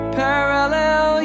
parallel